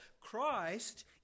Christ